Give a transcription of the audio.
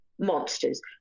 Monsters